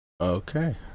Okay